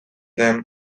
them